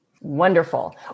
Wonderful